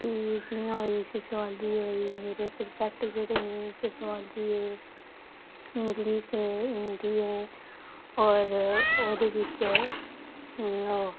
शैह्रे दे बाह्र दे औंदे न नेईं एह् निं ऐ इत्थै पूरी दूनियां दे औंदे न जात्तरू ते साढ़ा इत्थै कि जेह्ड़ा तीर्थ स्थान ऐ माता वैष्णो देवी ते मिगी बड़ा गर्व होंदा